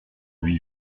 lui